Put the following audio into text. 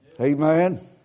Amen